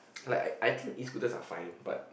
like I I think Escooters are fine but